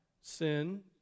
sin